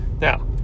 Now